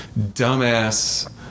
dumbass